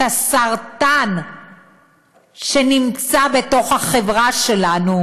את הסרטן שנמצא בתוך החברה שלנו,